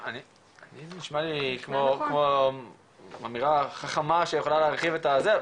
לי זה נשמע כמו אמירה חכמה שיכולה להרחיב את הזה,